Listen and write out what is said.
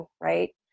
right